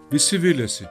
visi viliasi